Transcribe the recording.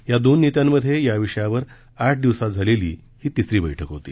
या दोन नेत्यांमधे या विषयावर आठ दिवसांत झालेली ही तिसरी बछक होती